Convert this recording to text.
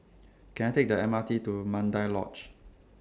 Can I Take The M R T to Mandai Lodge